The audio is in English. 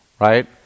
right